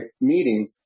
meeting